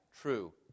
true